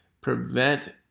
prevent